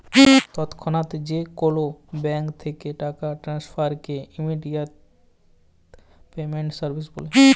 তৎক্ষনাৎ যে কোলো ব্যাংক থ্যাকে টাকা টেনেসফারকে ইমেডিয়াতে পেমেন্ট সার্ভিস ব্যলে